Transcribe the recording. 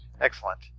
Excellent